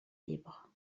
libres